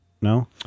No